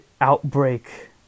outbreak